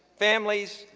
families,